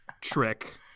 trick